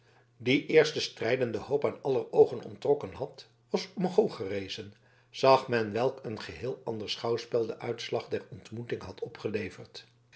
die eerst den strijdenden hoop aan aller oogen onttrokken had was omhooggerezen zag men welk een geheel ander schouwspel de uitslag der ontmoeting had opgeleverd